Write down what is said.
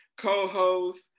co-host